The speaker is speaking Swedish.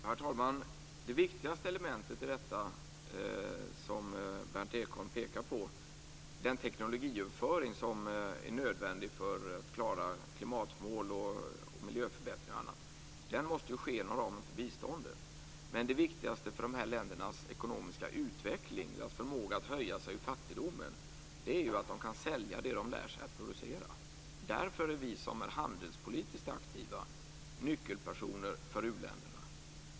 Herr talman! Det viktigaste elementet i det som Berndt Ekholm pekar på, den teknologiöverföring som är nödvändig för att klara klimatmål, miljöförbättring och annat, måste ske inom ramen för biståndet. Det viktigaste för de här ländernas ekonomiska utveckling, deras förmåga att höja sig ur fattigdomen, är att de kan sälja det de lär sig att producera. Därför är vi som är handelspolitiskt aktiva nyckelpersoner för u-länderna.